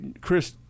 Chris